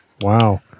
Wow